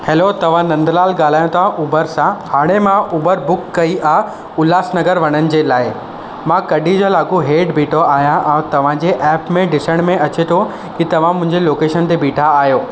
hello तव्हां नंदलाल ॻाल्हायो था उबर सां हाणे मां उबर बुक कई आहे उल्हास नगर वञण जे लाइ मां कॾहिं जा लाको हेठि बीठो आहियां तव्हांजे ऐप में ॾिसण में अचे थो की तव्हां मुंहिंजे लोकेशन ते बीठा आहियो